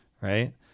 right